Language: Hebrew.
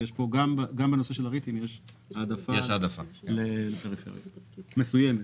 גם בנושא של הריטים יש העדפה לפריפריה מסוימת.